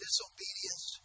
Disobedience